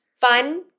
fun